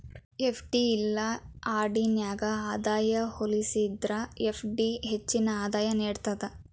FD ಇಲ್ಲಾ RD ನ್ಯಾಗ ಆದಾಯವನ್ನ ಹೋಲಿಸೇದ್ರ ಎಫ್.ಡಿ ಹೆಚ್ಚಿನ ಆದಾಯ ನೇಡ್ತದ